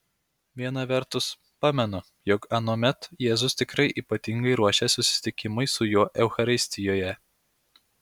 viena vertus pamenu jog anuomet jėzus tikrai ypatingai ruošė susitikimui su juo eucharistijoje